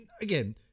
again